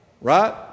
right